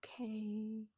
okay